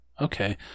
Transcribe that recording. Okay